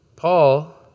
Paul